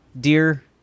dear